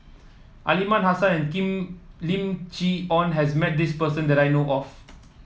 Aliman Hassan and Lim Chee Onn has met this person that I know of